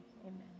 Amen